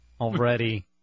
already